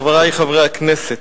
חברי חברי הכנסת,